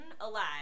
alive